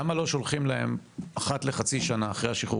למה לא שולחים להם אחת לחצי שנה אחרי השחרור